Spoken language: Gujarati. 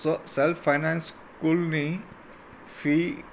સેલ્ફ ફાઇનાન્સ સ્કૂલની ફી